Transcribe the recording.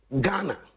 Ghana